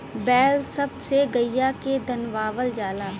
बैल सब से गईया के धनवावल जाला